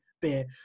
beer